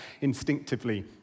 instinctively